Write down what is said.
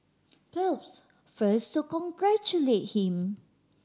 Phelps first to congratulate him